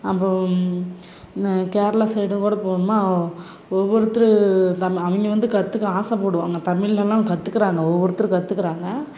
அப்புறம் கேரளா சைடு கூட போவோமா ஒவ்வொருத்தரும் தம் அவங்க வந்து கற்றுக்க ஆசைப்படுவாங்க தமிழ்லலாம் கத்துக்கிறாங்க ஒவ்வொருத்தர் கத்துக்கிறாங்க